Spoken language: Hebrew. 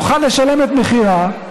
מוכן לשלם את מחירה,